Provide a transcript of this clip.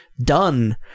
done